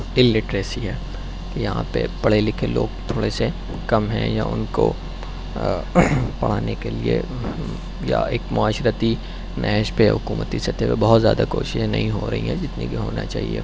illiteracy ہے یہاں پہ پڑھے لکھے لوگ تھوڑے سے کم ہیں یا ان کو پڑھانے کے لیے یا ایک معاشرتی نہج پہ حکومتی سطح پہ بہت زیاد کوششیں نہیں ہو رہی ہیں جتنی کہ ہونا چاہیے